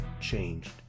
changed